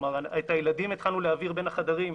את הילדים התחלנו להעביר בין החדרים.